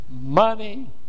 money